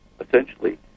essentially